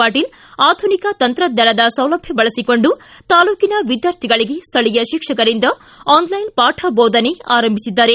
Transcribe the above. ಪಾಟೀಲ್ ಆಧುನಿಕ ತಂತ್ರಜ್ಞಾನದ ಸೌಲಭ್ಯ ಬಳಸಿಕೊಂಡು ತಾಲ್ಲೂಕಿನ ವಿದ್ಯಾರ್ಥಿಗಳಿಗೆ ಸ್ಥಳೀಯ ಶಿಕ್ಷಕರಿಂದ ಆನ್ಲೈನ್ ಪಾಠ ಬೋಧನೆ ಆರಂಭಿಸಿದ್ದಾರೆ